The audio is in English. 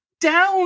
down